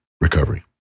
recovery